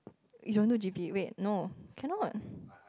you don't know G_P wait no can not